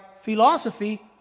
philosophy